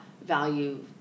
value